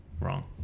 wrong